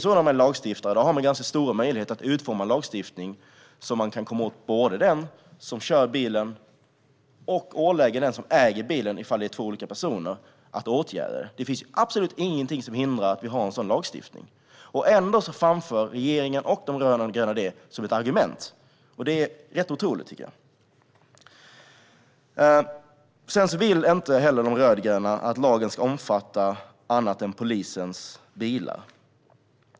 Som lagstiftare har man ganska stora möjligheter att utforma lagstiftningen så att man både kan komma åt den som kör bilen och ålägga den som äger bilen, ifall det är två olika personer, att åtgärda det. Det finns absolut ingenting som hindrar att vi har en sådan lagstiftning. Ändå framför regeringen och de rödgröna detta som ett argument. Det är rätt otroligt, tycker jag. De rödgröna vill inte heller att lagen ska omfatta annat än polisens bilar.